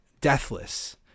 deathless